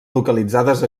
localitzades